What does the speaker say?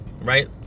right